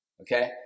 Okay